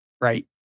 right